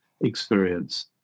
experience